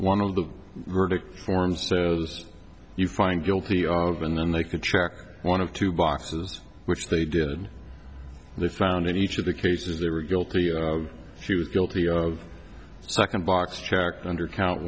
one of the verdict forms as you find guilty and then they could check one of two boxes which they did they found in each of the cases they were guilty she was guilty of second box checked under count